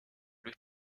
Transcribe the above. luis